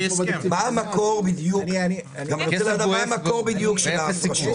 אני גם רוצה לדעת מה המקור בדיוק של ההפרשות.